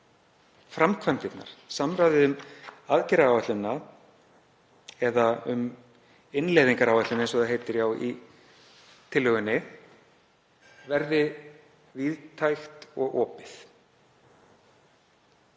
framkvæmdirnar, samráðið um aðgerðaáætlunina eða um innleiðingaráætlunina eins og það heitir í tillögunni, verði víðtækt og opið.